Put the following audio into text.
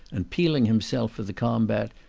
and peeling himself for the combat,